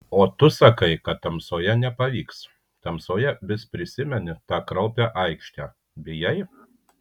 o tu sakai kad tamsoje nepavyks tamsoje vis prisimeni tą kraupią aikštę bijai